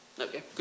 Okay